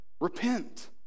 Repent